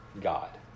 God